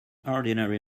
ordinary